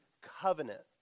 covenant